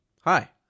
hi